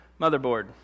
motherboard